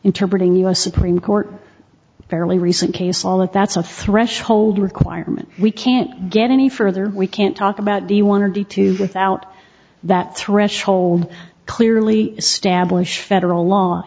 inter breeding us supreme court fairly recent case all that that's a threshold requirement we can't get any further we can't talk about the one or the two without that threshold clearly stablish federal law